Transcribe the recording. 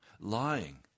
Lying